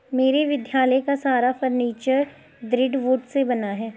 मेरे विद्यालय का सारा फर्नीचर दृढ़ वुड से बना है